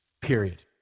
period